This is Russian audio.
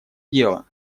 дела